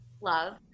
love